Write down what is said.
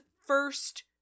first